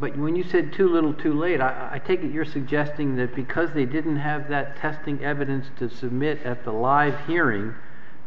but when you said too little too late i take it you're suggesting that because they didn't have that testing evidence to submit at the live hearing